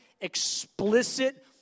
explicit